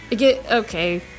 Okay